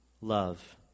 love